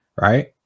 Right